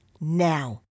now